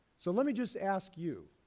so let me just ask you.